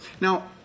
Now